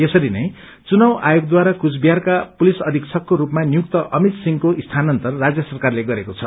यसरी नै चुनाव आयोगद्वारा कुचबिहारका पुलिस अधिक्षकको स्पमा नियुक्त अमित सिंहको स्थानान्तर राष्य सरकारले गरेको छ